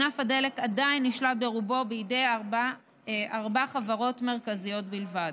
ענף הדלק עדיין נשלט ברובו בידי ארבע חברות מרכזיות בלבד.